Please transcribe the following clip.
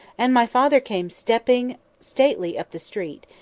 and my father came stepping stately up the street,